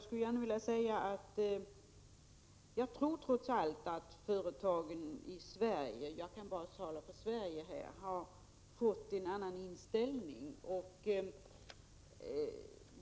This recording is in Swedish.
Herr talman! Jag tror trots allt att företagen i Sverige — jag kan här bara tala för Sverige — har fått en annan inställning.